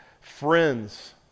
friends